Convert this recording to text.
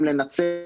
לנצל,